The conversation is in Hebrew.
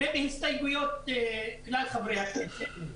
ולהסתייגויות כלל חברי הכנסת,